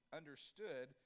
understood